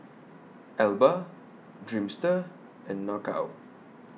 Alba Dreamster and Knockout